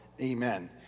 Amen